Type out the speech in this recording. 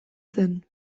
zen